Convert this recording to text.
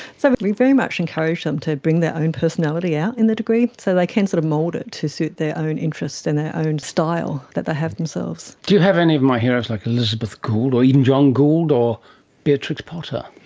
so we very much encourage them to bring their own personality out in the degree, so they can sort of mould it to suit their own interests and their own style that they have themselves. do you have any of my heroes like elizabeth gould or even john gould or beatrix potter?